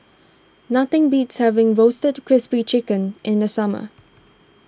nothing beats having Roasted Crispy Chicken in the summer